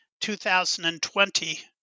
2020